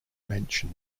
mention